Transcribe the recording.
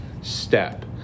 step